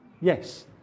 Yes